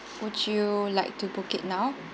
would you like to book it now